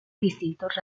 distintos